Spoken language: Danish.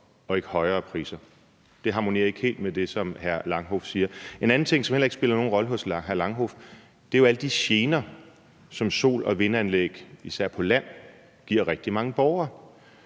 og ikke højere priser. Det harmonerer ikke helt med det, som hr. Rasmus Horn Langhoff siger. En anden ting, som heller ikke spillede nogen rolle i hr. Rasmus Horn Langhoffs tale, er jo alle de gener, som sol- og vindanlæg især på land påfører rigtig mange borgere.